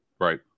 Right